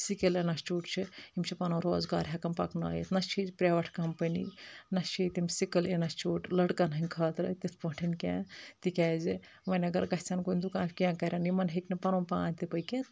skill institute چھِ یِم چھِ پَنُن روزگار ہؠکَان پَکنٲیِتھ نہ چھِ پَرٛیٚوَیٹ کَمپٔنی نہ چھِ ییٚتہِ تِم سِکِل اِنَسچوٗٹ لٔڑکَن ہٕنٛدۍ خٲطرٕ تِتھ پٲٹھۍ کینٛہہ تِکیٛازِ وۄنۍ اگر گژھن کُنہِ دُکان کینٛہہ کَرن یِمَن ہیٚکہِ نہٕ پَنُن پان تہِ پٔکِتھ